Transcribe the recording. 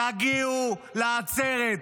תגיעו לעצרת,